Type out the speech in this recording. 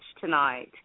tonight